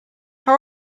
how